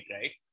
right